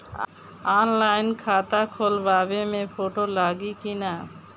Online खाता खोलबाबे मे फोटो लागि कि ना?